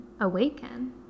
awaken